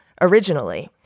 originally